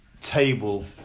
table